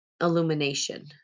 illumination